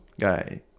guy